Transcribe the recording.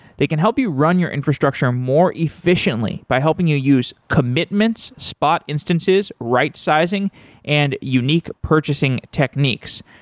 they can help you run your infrastructure more efficiently by helping you use commitments, spot instances, right sizing and unique purchasing techniques.